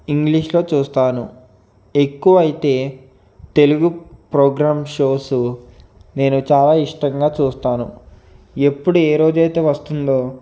ఇంగ్లీషులో చూస్తాను ఎక్కువైతే తెలుగు ప్రోగ్రామ్స్ షోసు నేను చాలా ఇష్టంగా చూస్తాను ఎప్పుడు ఏ రోజు అయితే వస్తుందో